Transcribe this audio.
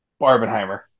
barbenheimer